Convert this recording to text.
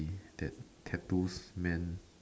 did that tattoos meant